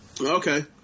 Okay